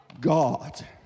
God